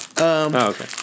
okay